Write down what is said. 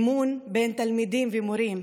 אמון בין תלמידים ומורים.